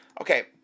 Okay